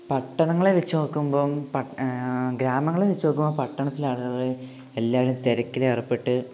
പട്ടണങ്ങളെ വച്ച് നോക്കുമ്പം ഗ്രാമങ്ങളെ വച്ച് നോക്കുമ്പം പട്ടണത്തിലാളുകള് എല്ലാവരും തിരക്കിലേർപ്പെട്ട്